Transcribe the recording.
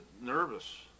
nervous